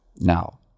Now